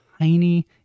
tiny